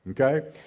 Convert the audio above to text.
Okay